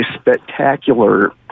spectacular